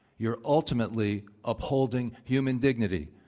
you're ultimately upholding human dignity.